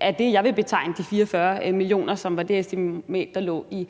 er det, jeg vil betegne de 44 mio. kr., som var det estimat, der lå i